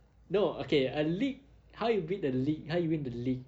no okay a league how you win the league how you win the league